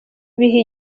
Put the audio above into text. bihe